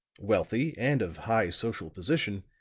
wealthy, and of high social position,